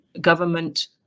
government